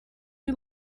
you